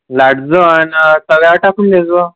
लाटजो आणि तव्यावर टाकून देजो